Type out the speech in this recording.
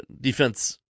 defense